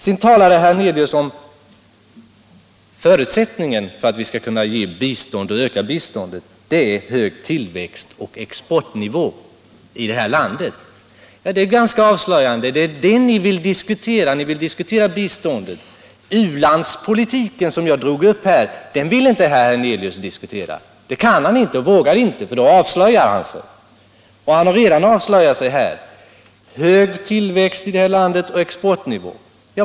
Vidare talade herr Hernelius om att förutsättningen för att vi skall kunna ge bistånd och öka biståndet är hög tillväxt och exportnivå i landet. Det är ganska avslöjande. Ni vill diskutera biståndet, men u-landspolitiken, som jag tog upp, vill herr Hernelius inte diskutera. Det kan han inte, det vågar han inte, för då avslöjar han sig. Herr Hernelius har redan avslöjat sig här genom att förespråka hög tillväxt och hög exportnivå.